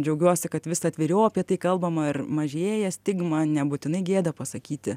džiaugiuosi kad vis atviriau apie tai kalbama ir mažėja stigma nebūtinai gėda pasakyti